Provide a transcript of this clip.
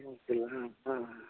অঁ অঁ অঁ